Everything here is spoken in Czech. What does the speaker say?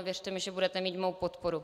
Věřte, že budete mít mou podporu.